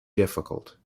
difficult